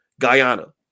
Guyana